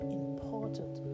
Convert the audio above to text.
important